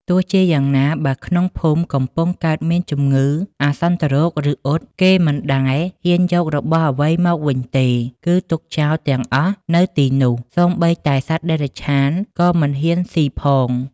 ទោះជាយ៉ាងណា បើក្នុងភូមិកំពុងកើតមានជំងឺអាសន្នរោគ ឬអុត គេមិនដែលហ៊ានយករបស់អ្វីមកវិញទេ គឺទុកចោលទាំងអស់នៅទីនោះ សូម្បីតែសត្វតិរច្ឆានក៏មិនហ៊ានស៊ីផង។